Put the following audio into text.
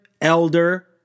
elder